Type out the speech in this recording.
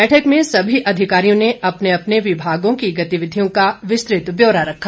बैठक में सभी अधिकारियों ने अपने अपने विभागों की गतिविधियों का विस्तृत ब्यौरा रखा